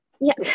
yes